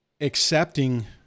accepting